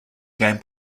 game